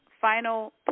final